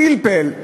פלפל,